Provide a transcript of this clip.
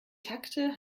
takte